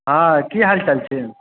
हँ की हालचाल छै